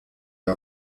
der